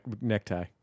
necktie